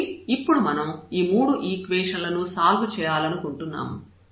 కాబట్టి ఇప్పుడు మనం ఈ మూడు ఈక్వేషన్ లను సాల్వ్ చేయాలనుకుంటున్నాము